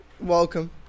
Welcome